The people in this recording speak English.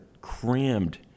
crammed